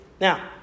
Now